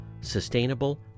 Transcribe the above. sustainable